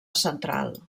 central